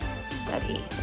study